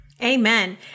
Amen